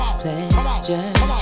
pleasure